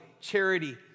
charity